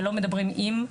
ולא מדברים עם,